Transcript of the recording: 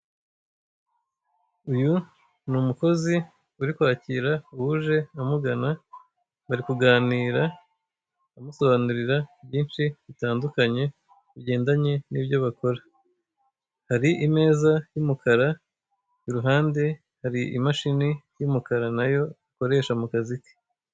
Uyu ni umukozi uri kwakira uje amugana, bari kuganira amusobanurira byinshi bitandukanye bigendanye n'ibyo bakora, hari imeza y'umukara, iruhande hari imashini y'umukara na yo akoresha mu kazi ke.